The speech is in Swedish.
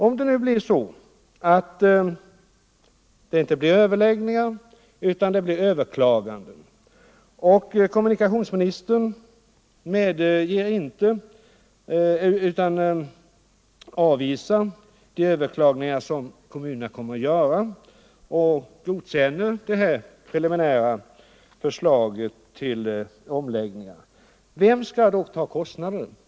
Om det nu inte blir några överläggningar, och om kommunikationsministern avvisar de överklagningar som kommunerna gör och godkänner det preliminära förslaget till omläggningar, vem skall då stå för kostnaderna?